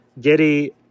Giddy